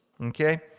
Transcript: Okay